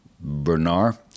Bernard